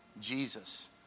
Jesus